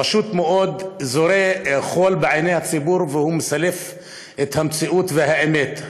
הוא פשוט זורה חול בעיני הציבור ומסלף את המציאות והאמת.